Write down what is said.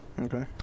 Okay